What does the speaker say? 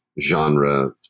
genre